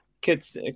kids